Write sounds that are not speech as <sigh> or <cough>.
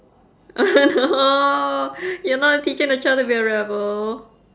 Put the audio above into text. <laughs> oh you're not teaching the child to be a rebel